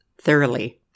thoroughly